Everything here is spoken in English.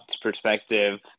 perspective